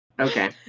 Okay